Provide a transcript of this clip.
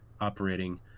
operating